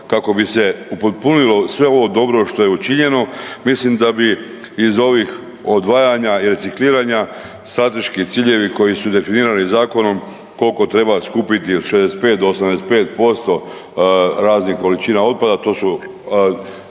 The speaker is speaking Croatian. kako bi se upotpunilo sve ovo dobro što je učinjeno. Mislim da bi iz ovih odvajanja i recikliranja strateški ciljevi koji su definirani zakonom koliko treba skupiti od 65 do 85% raznih količina otpada, to su